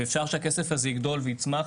ואפשר שהכסף הזה יגדל ויצמח.